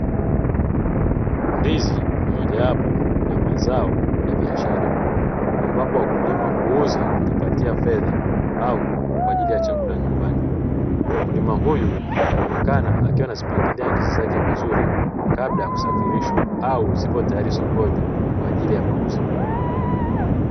Ndizi mojawapo ya mazao ya biashara ambapo wakulima huuza na kujipatia fedha au kwa ajili ya chakula nyumbani, mkulima huyu anaonekana akiwa anazipangilia ndizi zake vizuri, kabla ya kusafirishwa au zipo tayari sokoni kwa ajili ya mauzo.